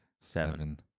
seven